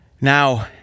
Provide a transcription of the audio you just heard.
Now